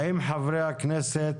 האם חברי הכנסת,